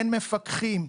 אין מפקחים,